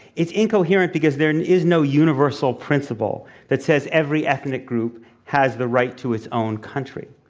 it's incoherent because there is no universal principle that says every ethnic group has the right to its own country.